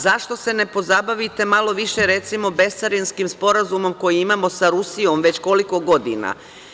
Zašto se ne pozabavite malo više, recimo, bescarinskim sporazumom koji imamo sa Rusijom već koliko godina?